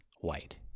white